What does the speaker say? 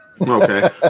Okay